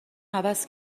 عوض